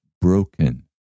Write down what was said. broken